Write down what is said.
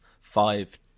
five